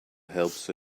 helps